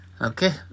Okay